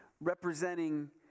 representing